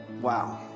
wow